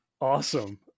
awesome